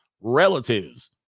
relatives